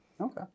okay